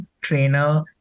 trainer